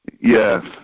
Yes